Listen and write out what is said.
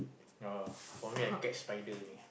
oh for me I catch spider only ah